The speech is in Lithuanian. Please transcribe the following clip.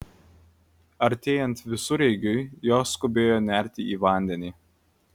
artėjant visureigiui jos skubėjo nerti į vandenį